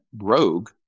rogue